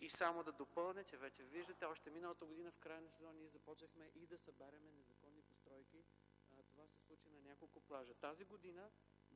И само да допълня, че вече виждате, още миналата година в края на сезона ние започнахме и да събаряме незаконни постройки. Това се случи на няколко плажа. Тази година